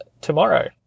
tomorrow